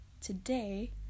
today